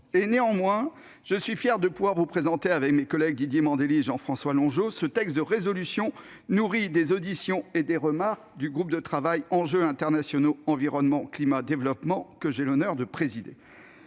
; néanmoins, je suis fier de pouvoir vous présenter avec mes collègues Didier Mandelli et Jean-François Longeot cette proposition de résolution, nourrie des auditions et des remarques du groupe de travail Enjeux internationaux-climat-environnement-développement, que j'ai l'honneur de présider.